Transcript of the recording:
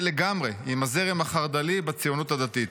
לגמרי עם הזרם החרד"לי בציונות הדתית.